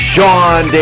Sean